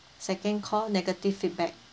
second call negative feedback